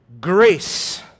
grace